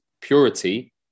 purity